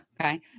okay